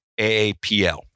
AAPL